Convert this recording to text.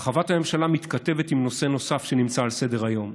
הרחבת הממשלה מתכתבת עם נושא נוסף שנמצא על סדר-היום,